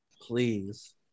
Please